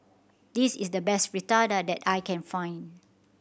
this is the best Fritada that I can find